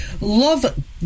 Love